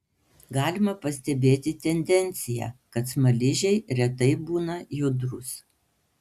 galima pastebėti tendenciją kad smaližiai retai būna judrūs